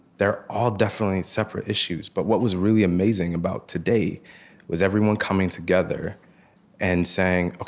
they're all definitely separate issues, but what was really amazing about today was everyone coming together and saying, ok,